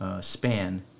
span